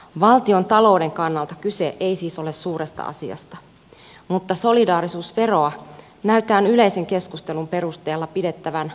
valtiontalouden kannalta kyse ei siis ole suuresta asiasta mutta solidaarisuusveroa näkyy yleisen keskustelun perusteella pidettävän oikeudenmukaisena verona